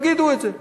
תגידו את זה.